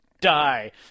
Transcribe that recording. die